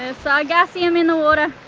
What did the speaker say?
ah sargassum in the water.